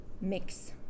mix